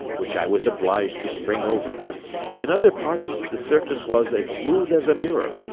which i was obliged to spring over in other parts the surface was as smooth as a mirror,